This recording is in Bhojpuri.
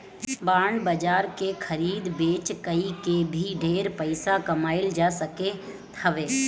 बांड बाजार के खरीद बेच कई के भी ढेर पईसा कमाईल जा सकत हवे